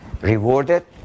rewarded